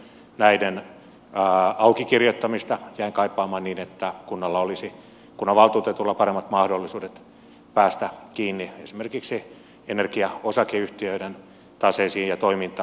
näiden aukikirjoittamista jäin kaipaamaan niin että kunnanvaltuutetuilla olisi paremmat mahdollisuudet päästä kiinni esimerkiksi energiaosakeyhtiöiden taseisiin ja toimintaan